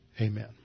amen